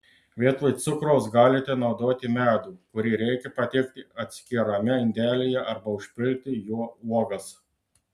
vietoj cukraus galite naudoti medų kurį reikia patiekti atskirame indelyje arba užpilti juo uogas